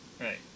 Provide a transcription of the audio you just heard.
right